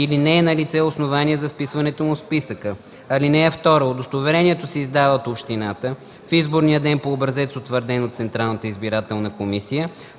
или не е налице основание за вписването му в списъка. (2) Удостоверението се издава от общината в изборния ден по образец, утвърден от Централната избирателна комисия,